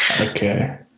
Okay